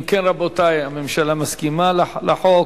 אם כן, רבותי, הממשלה מסכימה לחוק.